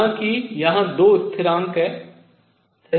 हालाँकि यहाँ दो स्थिरांक हैं सही